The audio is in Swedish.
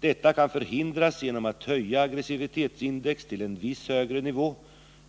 Detta kan förhindras genom att höja aggressivitetsindex till en viss högre nivå.